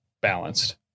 balanced